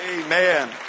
Amen